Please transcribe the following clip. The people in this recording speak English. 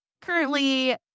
currently